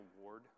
award